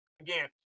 again